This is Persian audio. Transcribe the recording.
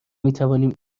میتوانیم